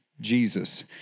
Jesus